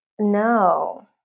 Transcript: No